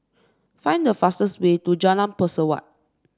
find the fastest way to Jalan Pesawat